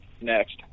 next